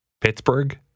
Pittsburgh